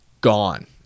gone